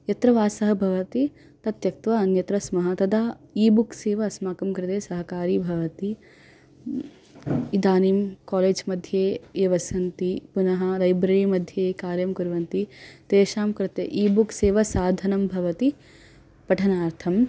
यत्र वासः भवति तत् त्यक्त्वा अन्यत्र स्मः तदा ई बुक्स् एव अस्माकं कृते सहकारी भवति इदानीं कालेज् मध्ये ये वसन्ति पुनः लैब्रेरी मध्ये कार्यं कुर्वन्ति तेषां कृते ई बुक्स् एव साधनं भवति पठनार्थं